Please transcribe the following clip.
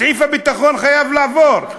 סעיף הביטחון חייב לעבור,